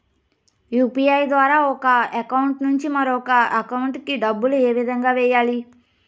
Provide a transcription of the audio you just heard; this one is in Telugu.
యు.పి.ఐ ద్వారా ఒక అకౌంట్ నుంచి మరొక అకౌంట్ కి డబ్బులు ఏ విధంగా వెయ్యాలి